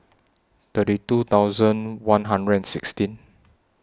thirty two thousand one hundred and sixteen